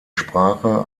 sprache